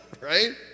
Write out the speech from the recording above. Right